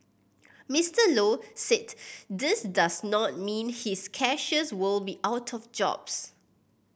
Mister Low said this does not mean his cashiers will be out of jobs